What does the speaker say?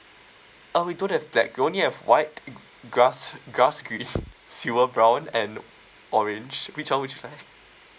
uh we don't have black we only have white uh grass grass green silver brown and orange which one would you like